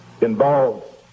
involved